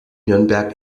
nürnberg